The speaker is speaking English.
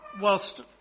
whilst